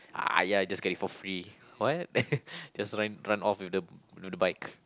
!aiya! just get it for free what just run run off with the the bike